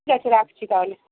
ঠিক আছে রাখছি তাহলে